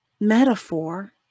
metaphor